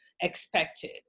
expected